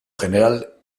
general